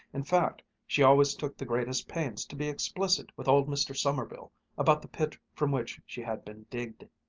in fact she always took the greatest pains to be explicit with old mr. sommerville about the pit from which she had been digged.